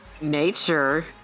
nature